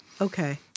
okay